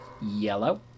Yellow